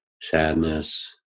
sadness